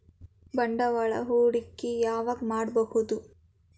ಬಂಡವಾಳ ಹೂಡಕಿ ಯಾವಾಗ್ ಮಾಡ್ಬಹುದು?